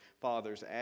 fathers